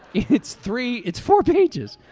it's three it's four pages